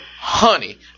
honey